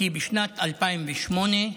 כי בשנת 2008,